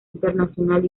internacional